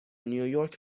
نیویورک